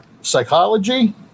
psychology